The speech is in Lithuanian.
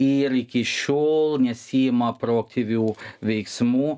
ir iki šiol nesiima proaktyvių veiksmų